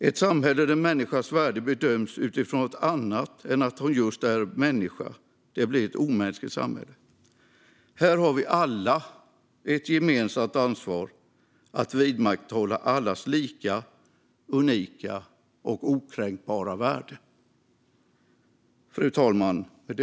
Ett samhälle där människans värde bedöms utifrån något annat än att hon just är människa blir ett omänskligt samhälle. Här har vi alla ett gemensamt ansvar att vidmakthålla allas lika, unika och okränkbara värde.